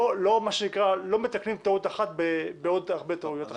לא מתקנים טעות אחת בעוד הרבה טעויות אחרות.